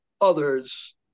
others